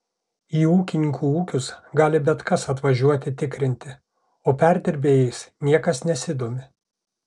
į ūkininkų ūkius gali bet kas atvažiuoti tikrinti o perdirbėjais niekas nesidomi